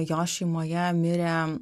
jos šeimoje mirė